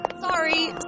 Sorry